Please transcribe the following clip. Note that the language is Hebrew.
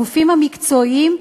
הגופים המקצועיים,